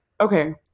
okay